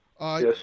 Yes